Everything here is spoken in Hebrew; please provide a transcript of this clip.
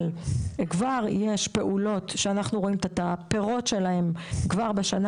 אבל כבר יש פעולות שאנחנו רואים את הפירות שלהם כבר בשנה